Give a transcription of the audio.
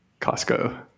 Costco